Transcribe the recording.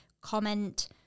comment